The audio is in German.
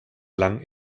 lang